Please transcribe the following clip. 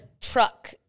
truck